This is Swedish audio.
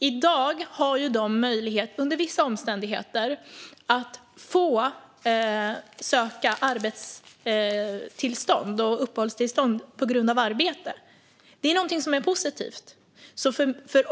I dag har de under vissa omständigheter möjlighet att söka arbetstillstånd och uppehållstillstånd på grund av arbete. Det är något positivt.